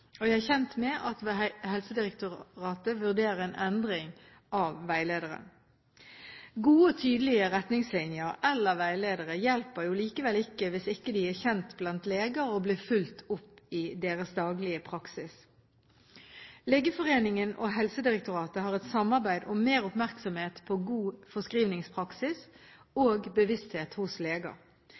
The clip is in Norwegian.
praksis. Jeg er kjent med at Helsedirektoratet vurderer en endring av veilederen. Gode og tydelige retningslinjer eller veiledere hjelper likevel ikke hvis de ikke er kjent blant leger og blir fulgt opp i deres daglige praksis. Legeforeningen og Helsedirektoratet har et samarbeid om mer oppmerksomhet på god forskrivningspraksis og -bevissthet hos